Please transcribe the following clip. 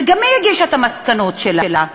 וגם היא הגישה את המסקנות שלה.